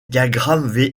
diagrammes